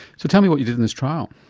so tell me what you did in this trial.